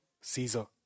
Caesar